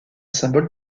symbole